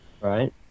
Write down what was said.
right